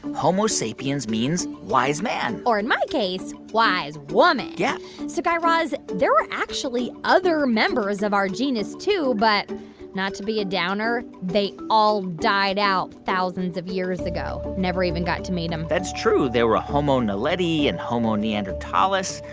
homo sapiens means wise man or in my case, wise woman yeah so guy raz, there were actually other members of our genus, too. but not to be a downer, they all died out thousands of years ago. never even got to meet them that's true. there were homo naledi and homo neanderthalis,